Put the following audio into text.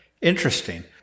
Interesting